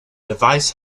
device